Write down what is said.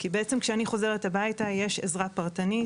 כי בעצם כשאני חוזרת הביתה יש עזרה פרטנית,